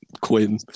Quinn